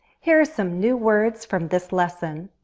here are some new words from this lesson.